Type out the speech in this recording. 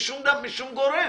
משום גורם.